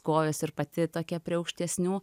kojos ir pati tokia prie aukštesnių